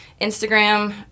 Instagram